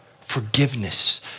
Forgiveness